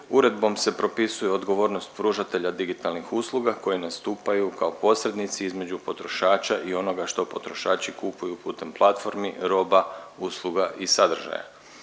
Uredbom se propisuju odgovornost pružatelja digitalnih usluga koji nastupaju kao posrednici između potrošača i onoga što potrošači kupuju putem platformi roba, usluga i sadržaja.